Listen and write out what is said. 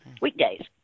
weekdays